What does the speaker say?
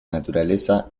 naturaleza